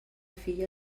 filla